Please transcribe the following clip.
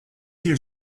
hear